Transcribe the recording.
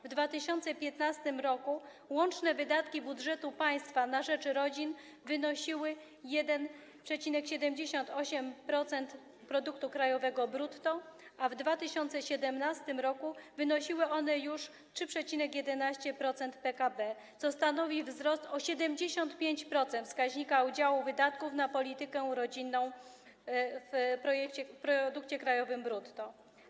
W 2015 r. łączne wydatki budżetu państwa na rzecz rodzin wynosiły 1,78% produktu krajowego brutto, a w 2017 r. wynosiły one już 3,11% PKB, co stanowi wzrost o 75% wskaźnika udziału wydatków na politykę rodzinną w produkcie krajowym brutto.